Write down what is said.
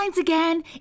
again